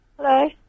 Hello